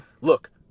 look